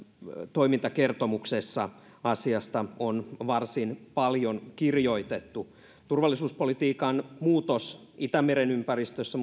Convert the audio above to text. toimintakertomuksessa asiasta on varsin paljon kirjoitettu turvallisuuspolitiikan muutos itämeren ympäristössä